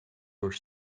were